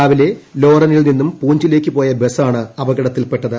രാവിലെ ലോറനിൽ നിന്നും പൂഞ്ചിലേക്ക് പോയ ബസ്സാണ് അപകടത്തിൽ പെട്ടത്